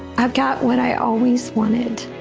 i got what i always wanted,